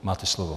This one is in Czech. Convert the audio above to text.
Máte slovo.